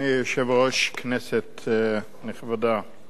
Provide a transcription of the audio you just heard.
אדוני היושב-ראש, כנסת נכבדה,